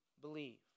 believe